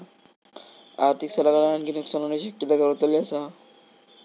आर्थिक सल्लागारान आणखी नुकसान होण्याची शक्यता वर्तवली असा